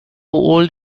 old